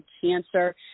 Cancer